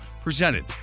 presented